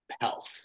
Health